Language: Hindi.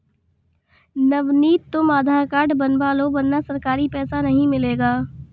नवनीत तुम आधार कार्ड बनवा लो वरना सरकारी पैसा नहीं मिलेगा